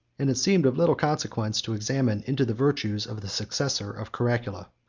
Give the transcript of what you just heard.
and it seemed of little consequence to examine into the virtues of the successor of caracalla.